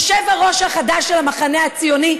היושב-ראש החדש של המחנה הציוני,